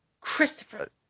Christopher